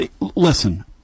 Listen